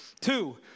Two